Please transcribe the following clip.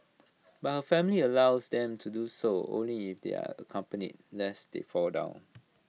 but her family allows them to do so only if they are accompanied lest they fall down